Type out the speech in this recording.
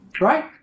Right